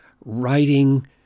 writing